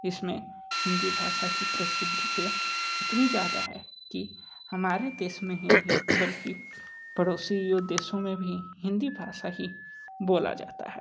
इस में हिंदी भाषा की प्रसिद्धती इतनी ज़्यादा है कि हमारे देश में ही नहीं बल्कि पड़ोसी देशों में भी हिंदी भाषा ही बोली जाती है